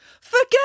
Forget